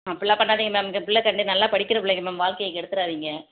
அப்படில்லாம் பண்ணாதீங்க மேம் இந்த பிள்ள கண்டு நல்லா படிக்கிற பிள்ளைங்க மேம் வாழ்க்கையை கெடுத்துடாதீங்க